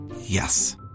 Yes